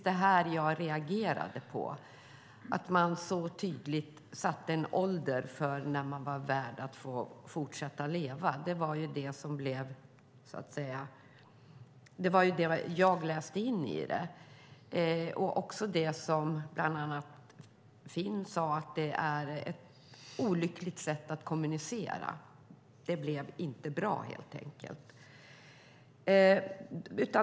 Det som jag reagerade på var att man så tydligt satte en åldersgräns för när en människa var värd att få fortsätta leva. Det var det som jag läste in i detta. Också Finn Bengtsson sade att detta är ett olyckligt sätt att kommunicera. Det blev helt enkelt inte bra.